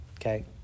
Okay